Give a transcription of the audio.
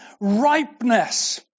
ripeness